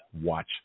Watch